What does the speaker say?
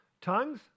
Tongues